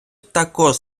також